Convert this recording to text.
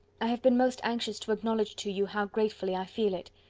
i have been most anxious to acknowledge to you how gratefully i feel it.